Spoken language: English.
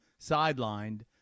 sidelined